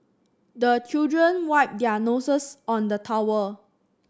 the children wipe their noses on the towel